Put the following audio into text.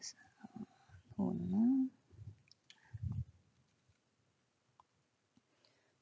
oh no